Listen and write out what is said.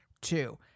two